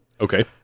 Okay